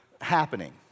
happening